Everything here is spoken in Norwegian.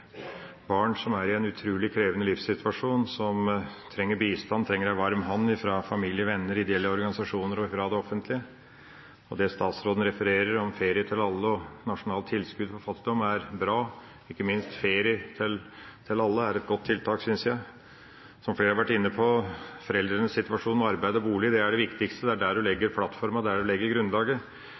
barn som er i en utrolig krevende livssituasjon, som trenger bistand, trenger en varm hånd fra familie, venner, ideelle organisasjoner og fra det offentlige. Det statsråden refererer til om ferie til alle og nasjonal tilskuddsordning mot barnefattigdom, er bra – ikke minst er ferie til alle et godt tiltak, synes jeg. Som flere har vært inne på, foreldrenes situasjon med arbeid og bolig er det viktigste, det er der en legger plattformen, det er der en legger grunnlaget.